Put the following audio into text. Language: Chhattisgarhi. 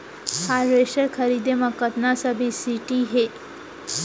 हारवेस्टर खरीदे म कतना सब्सिडी हे?